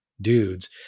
dudes